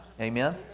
Amen